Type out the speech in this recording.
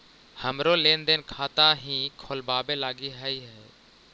हमरो लेन देन खाता हीं खोलबाबे लागी हई है